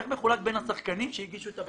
איך הוא מחולק בין השחקנים שהגישו את הבקשה.